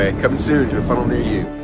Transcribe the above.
ah coming soon to a funnel near you.